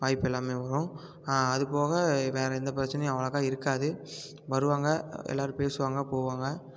வாய்ப்பு எல்லாமே வரும் அதுபோக வேறு எந்த பிரச்சனையும் அவ்வளோக்கா இருக்காது வருவாங்க எல்லோரும் பேசுவாங்க போவாங்க